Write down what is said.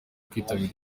kwitabira